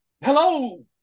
hello